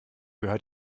gehört